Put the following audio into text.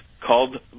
called